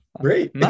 Great